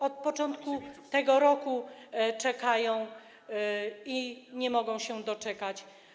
Od początku tego roku czekają i nie mogą się doczekać.